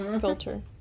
filter